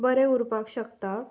बरें उरपाक शकता